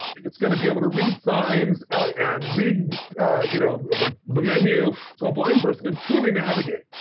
it's going to be able to read signs and read you know the the menu, so a blind person can truly navigate.